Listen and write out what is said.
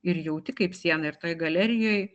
ir jauti kaip sieną ir toj galerijoj